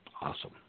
Awesome